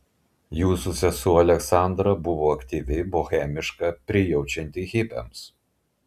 jūsų sesuo aleksandra buvo aktyvi bohemiška prijaučianti hipiams